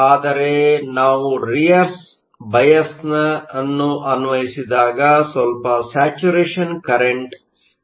ಆದರೆ ನಾವು reverse bias ಅನ್ನು ಅನ್ವಯಿಸಿದಾಗ ಸ್ವಲ್ಪ ಸ್ಯಾಚುರೇಷನ್ ಕರೆಂಟ್Saturation current ಇರುತ್ತದೆ